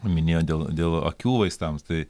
minėjo dėl dėl akių vaistams tai